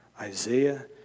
Isaiah